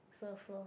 serve lor